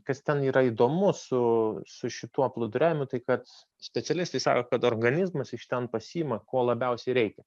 kas ten yra įdomu su su šituo plūduriavimu tai kad specialistai sako kad organizmas iš ten pasiima ko labiausiai reikia